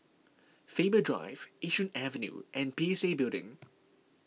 Faber Drive Yishun Avenue and P C Building